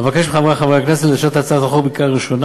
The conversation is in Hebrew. אבקש מחברי חברי הכנסת לאשר את הצעת החוק בקריאה ראשונה